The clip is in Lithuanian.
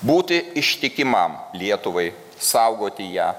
būti ištikimam lietuvai saugoti ją